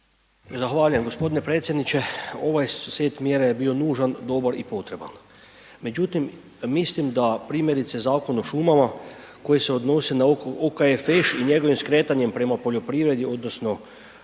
Zahvaljujem g. predsjedniče. Ovaj set mjera je bio dužan, dobar i potreban. Međutim, mislim da primjerice Zakon o šumama koji se odnosi na OKFŠ i njegovim skretanjem prema poljoprivredi odnosno